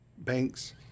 Banks